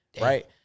right